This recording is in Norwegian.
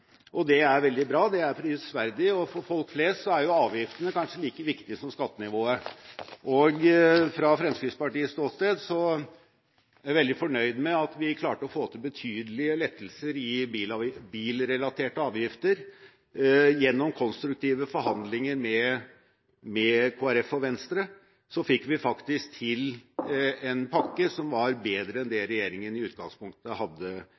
og det er veldig bra. Det er prisverdig, og for folk flest er kanskje avgiftene like viktige som skattenivået. Fra Fremskrittspartiets ståsted er jeg veldig fornøyd med at vi klarte å få til betydelige lettelser i bilrelaterte avgifter. Gjennom konstruktive forhandlinger med Kristelig Folkeparti og Venstre fikk vi faktisk til en pakke som var bedre enn det regjeringen i utgangspunktet hadde